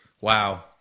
Wow